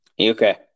okay